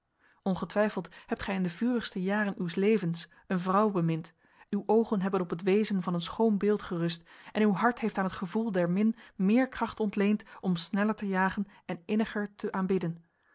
ongetwijfeld hebt gij in de vurigste jaren uws levens een vrouw bemind uw ogen hebben op het wezen van een schoon beeld gerust en uw hart heeft aan het gevoel der min meer kracht ontleend om sneller te jagen en inniger te aanbidden